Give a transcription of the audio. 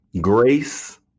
grace